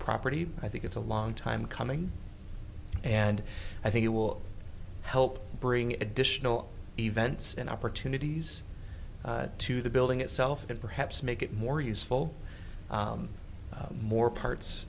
property i think it's a long time coming and i think it will help bring additional events and opportunities to the building itself and perhaps make it more useful more parts